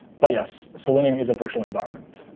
but, yes, selenium is a virtual environment.